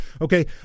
Okay